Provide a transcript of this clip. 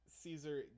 Caesar